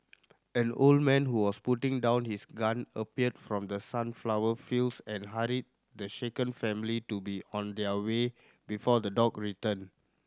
an old man who was putting down his gun appeared from the sunflower fields and hurried the shaken family to be on their way before the dog return